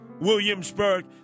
Williamsburg